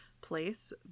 place